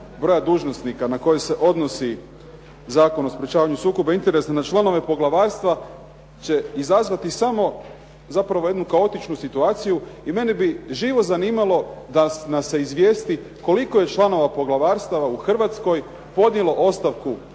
broja dužnosnika na koje se odnosi Zakon o sprečavanju sukoba interesa na članove poglavarstva će izazvati samo zapravo jednu kaotičnu situaciju i mene bi živo zanimalo da nas se izvijesti koliko je članova poglavarstava u Hrvatskoj podnijelo ostavku u poglavarstva